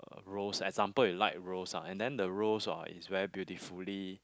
uh rose example you like rose ah and then the rose ah is very beautifully